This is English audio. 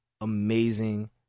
amazing